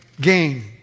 gain